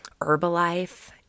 Herbalife